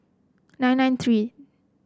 nine nine three